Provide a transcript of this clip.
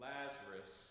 Lazarus